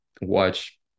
watch